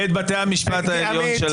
בוחרים בקלפי את בתי המשפט העליון שלהם.